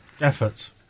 Efforts